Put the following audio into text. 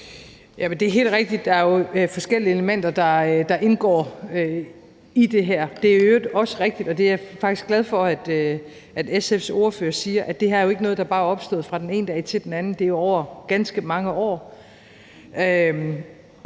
det er helt rigtigt, der er forskellige elementer, der indgår i det her. Det er i øvrigt også rigtigt, og det er jeg faktisk glad for at SF's ordfører siger, at det her jo ikke er noget, der bare er opstået fra den ene dag til den anden, det er over ganske mange år.